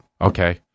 Okay